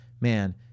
Man